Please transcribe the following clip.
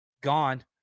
gone